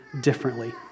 differently